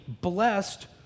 blessed